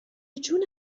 جون